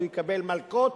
יקבל מלקות